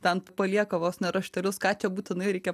ten palieka vos ne raštelius ką čia būtinai reikia